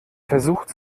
versucht